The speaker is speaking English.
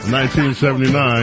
1979